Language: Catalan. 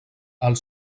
els